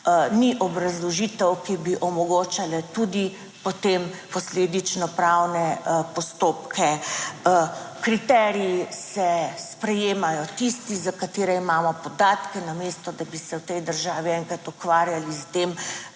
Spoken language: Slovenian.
ni obrazložitev, ki bi omogočale tudi potem posledično pravne postopke. Kriteriji se sprejemajo tisti, za katere imamo podatke, namesto, da bi se v tej državi enkrat ukvarjali s tem,